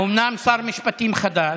אומנם שר משפטים חדש,